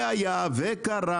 היה וקרה,